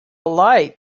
light